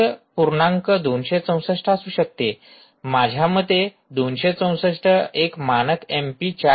264 असू शकते माझ्या मते 264 एक मानक एमपी 4 आहे